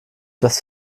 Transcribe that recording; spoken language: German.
das